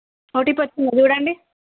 OTP వచ్చిందా చూడండి